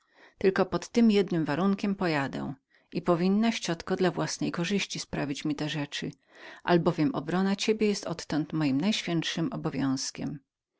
tylko pod tym jedynym warunkiem pojadę i ciotka powinnaś dla własnej korzyści sprawić mi te rzeczy albowiem obrona ciebie jest odtąd moim najświętszym obowiązkiem